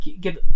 give